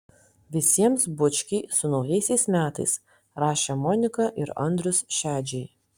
visiems bučkiai su naujaisiais metais rašė monika ir andrius šedžiai